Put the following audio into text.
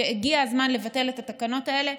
שהגיע הזמן לבטל את התקנות האלה,